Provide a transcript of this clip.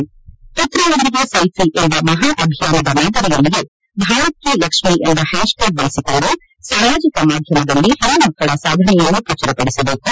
ಪುತ್ರಿಯೊಂದಿಗೆ selfie ಎಂಬ ಮಹಾ ಅಭಿಯಾನದ ಮಾದರಿಯಲ್ಲಿಯೇ ಭಾರತ್ ಕಿ ಲಕ್ಷ್ಮಿ ಎಂಬ ಹ್ಲಾಶ್ ಟ್ಯಾಗ್ ಬಳಸಿಕೊಂಡು ಸಾಮಾಜಿಕ ಮಾಧ್ಯಮದಲ್ಲಿ ಹೆಣ್ಣು ಮಕ್ಕಳ ಸಾಧನೆಯನ್ನು ಪ್ರಚುರಪದಿಸಬೇಕು